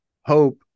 hope